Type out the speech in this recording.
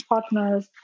partners